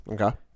okay